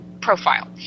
profile